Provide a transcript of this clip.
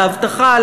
להבטחה,